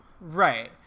Right